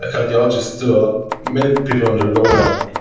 ah cardiologist do a many people undergo them,